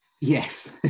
Yes